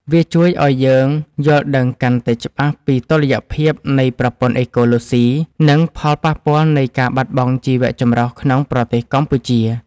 វាជួយឱ្យយើងយល់ដឹងកាន់តែច្បាស់ពីតុល្យភាពនៃប្រព័ន្ធអេកូឡូស៊ី និងផលប៉ះពាល់នៃការបាត់បង់ជីវៈចម្រុះក្នុងប្រទេសកម្ពុជា។